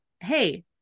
Hey